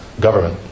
government